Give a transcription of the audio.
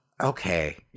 okay